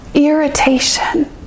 irritation